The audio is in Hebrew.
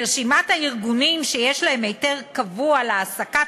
ברשימת הארגונים שיש להם היתר קבוע להעסקת